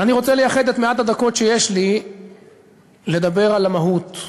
אבל אני רוצה לייחד את מעט הדקות שיש לי לדבר על המהות,